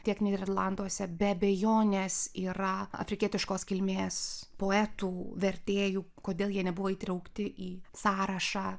tiek nyderlanduose be abejonės yra afrikietiškos kilmės poetų vertėjų kodėl jie nebuvo įtraukti į sąrašą